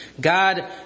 God